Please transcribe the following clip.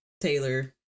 Taylor